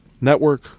network